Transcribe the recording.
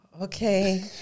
okay